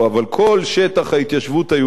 כל אחד יכולה להיות